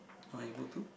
not able to